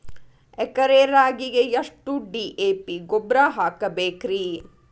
ಎಕರೆ ರಾಗಿಗೆ ಎಷ್ಟು ಡಿ.ಎ.ಪಿ ಗೊಬ್ರಾ ಹಾಕಬೇಕ್ರಿ?